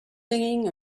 singing